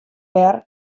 wer